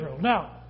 Now